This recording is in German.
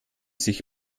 sich